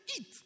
eat